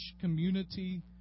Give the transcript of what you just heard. community